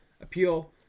appeal